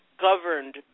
governed